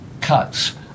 cuts